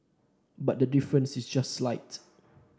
but the difference is just slight